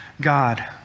God